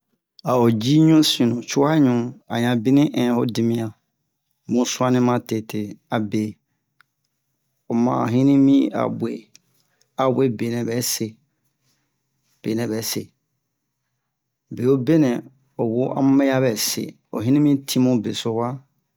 a o ji ɲusinnu cuwaɲu a ɲan binni ɛn ho dimiɲan mu su'anni matete abe oma hinni min a bue awe benɛ bɛse benɛ bɛse bewo benɛ o wo a mu ya bɛse o hinni min tin mu beso wa